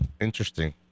interesting